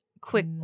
quick